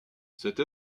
cette